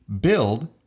build